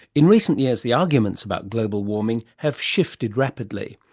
in recent years the arguments about global warming have shifted rapidly.